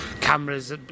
cameras